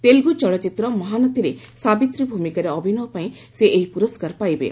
ତେଲୁଗୁ ଚଳଚ୍ଚିତ୍ର 'ମହାନତୀ'ରେ ସାବିତ୍ରୀ ଭୂମିକାରେ ଅଭିନୟ ପାଇଁ ସେ ଏହି ପୁରସ୍କାର ପାଇବେ